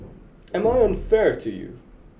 am I unfair to you